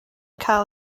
cael